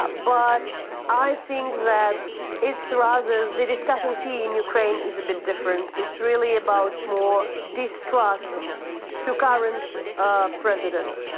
but but i think that it's rather, the discussion here in ukraine is a bit different. it's really about more distrust to current ah president.